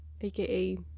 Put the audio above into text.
aka